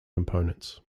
components